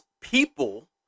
people